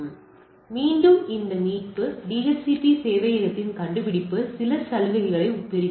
எனவே மீண்டும் இந்த மீட்பு டிஹெச்சிபி சேவையகத்தின் கண்டுபிடிப்பு சில சலுகைகளைப் பெறுகிறது